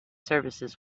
services